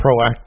proactive